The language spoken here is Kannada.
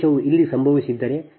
ಈ ದೋಷವು ಇಲ್ಲಿ ಸಂಭವಿಸಿದ್ದರೆ